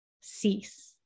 cease